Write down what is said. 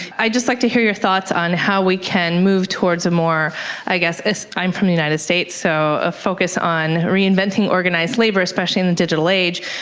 i'd just like to hear your thoughts on how we can move towards a more i guess, i'm from the united states, so a focus on reinventing organised labour, especially in the digital age,